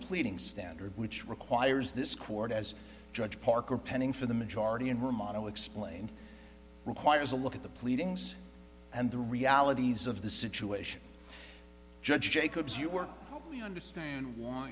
pleading standard which requires this court as judge parker pending for the majority and remodel explained requires a look at the pleadings and the realities of the situation judge jacobs you work you understand why